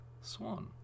swan